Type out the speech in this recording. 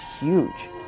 huge